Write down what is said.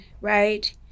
right